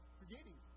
forgetting